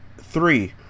three